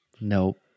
nope